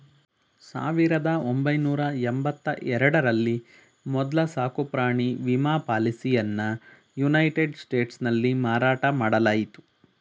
ಸಾವಿರದ ಒಂಬೈನೂರ ಎಂಬತ್ತ ಎರಡ ರಲ್ಲಿ ಮೊದ್ಲ ಸಾಕುಪ್ರಾಣಿ ವಿಮಾ ಪಾಲಿಸಿಯನ್ನಯುನೈಟೆಡ್ ಸ್ಟೇಟ್ಸ್ನಲ್ಲಿ ಮಾರಾಟ ಮಾಡಲಾಯಿತು